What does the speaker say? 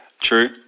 true